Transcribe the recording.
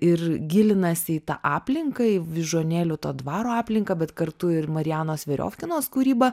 ir gilinasi į tą aplinką į vyžuonėlių dvaro aplinką bet kartu ir marianos veriofkinos kūrybą